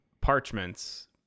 parchments